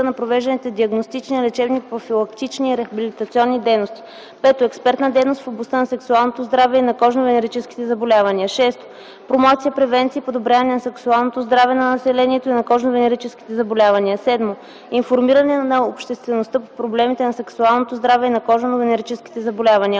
на провежданите диагностични, лечебни, профилактични и рехабилитационни дейности; 5. експертна дейност в областта на сексуалното здраве и на кожно-венерическите заболявания; 6. промоция, превенция и подобряване на сексуалното здраве на населението и на кожно-венерическите заболявания; 7. информиране на обществеността по проблемите на сексуалното здраве и на кожно-венерическите заболявания;